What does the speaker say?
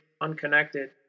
unconnected